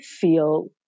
feel